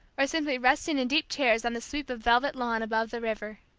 or simply resting in deep chairs on the sweep of velvet lawn above the river.